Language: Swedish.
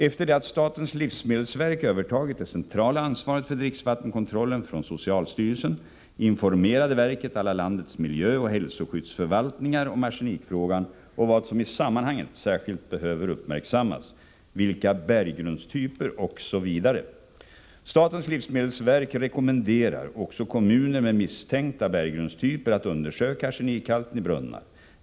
Efter det att statens livsmedelsverk övertagit det centrala ansvaret för dricksvattenkontrollen från socialstyrelsen informerade verket alla landets miljöoch hälsoskyddsförvaltningar om arsenikfrågan och vad som i sammanhanget särskilt behöver uppmärksammas, vilka berggrundstyper det gäller osv. Statens livsmedelsverk rekommenderar också kommuner med misstänkta berggrundstyper att undersöka arsenikhalten i brunnar.